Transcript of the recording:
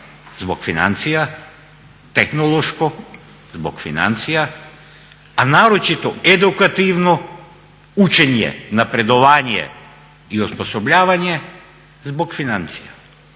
zbog financija, tehnološko zbog financija a naročito edukativno učenje, napredovanje i osposobljavanje zbog financija.